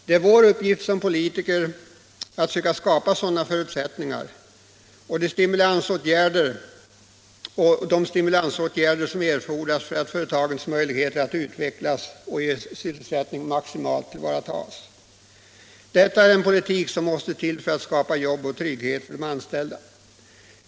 Det är vår uppgift som politiker att söka skapa de förutsättningar och stimulansåtgärder som erfordras för att företagens möjligheter att utvecklas och ge sysselsättning maximalt tillvaratas. Detta är en politik som måste till för att skapa jobb och trygghet för de anställda.